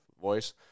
voice